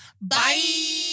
Bye